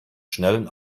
schnellen